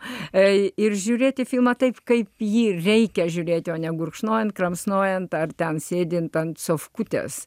ei ir žiūrėti filmą taip kaip jį reikia žiūrėti o ne gurkšnojant kramsnojant ar ten sėdint ant sofutės